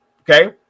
Okay